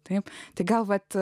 taip tai gal vat